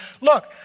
look